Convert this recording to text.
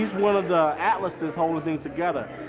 one of the atlases holding things together.